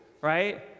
Right